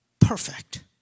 perfect